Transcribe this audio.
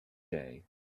day